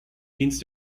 dienst